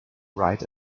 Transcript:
right